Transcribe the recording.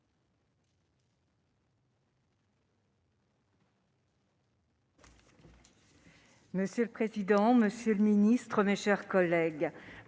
Monsieur le président, monsieur le ministre, mes chers collègues,